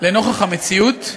לנוכח המציאות,